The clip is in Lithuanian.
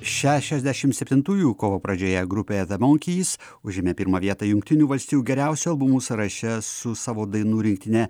šešiasdešimt septintųjų kovo pradžioje grupė the monkeys užėmė pirmą vietą jungtinių valstijų geriausių albumų sąraše su savo dainų rinktine